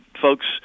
folks